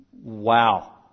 Wow